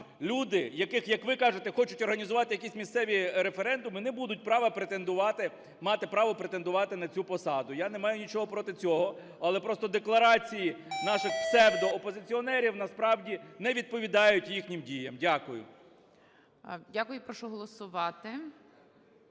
люди, які, як ви кажете, хочуть організувати якісь місцеві референдуми, не будуть права претендувати… мати право претендувати на цю посаду. Я не маю нічого проти цього, але просто декларації наших псевдоопозиціонерів насправді не відповідають їхнім діям. Дякую. ГОЛОВУЮЧИЙ. Дякую. Прошу голосувати.